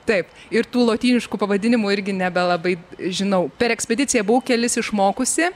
taip ir tų lotyniškų pavadinimų irgi nebelabai žinau per ekspediciją buvau kelis išmokusi